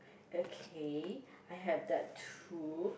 okay I have that too